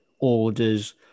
orders